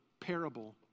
parable